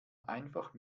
einfach